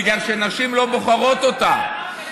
בגלל שנשים לא בוחרות אותה,